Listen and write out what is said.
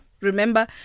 Remember